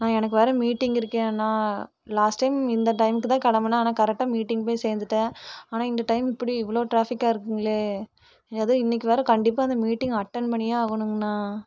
அண்ணா எனக்கு வேற மீட்டிங் இருக்கே அண்ணா லாஸ்ட் டைம் இந்த டைம்க்குதான் கிளம்புனேன் ஆனால் கரெக்ட்டாக மீட்டிங் போய் சேர்ந்துட்டேன் ஆனால் இந்த டைம் இப்படி இவ்வளோ ட்ராஃபிக்காக இருக்குதுங்களே அதுவும் இன்றைக்கு வேற கண்டிப்பாக இந்த மீட்டிங் அட்டென்ட் பண்ணியே ஆகணுங்கண்ணா